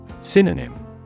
Synonym